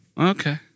Okay